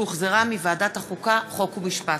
שהחזירה ועדת החוקה, חוק ומשפט.